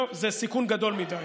טוב, זה סיכון גדול מדי.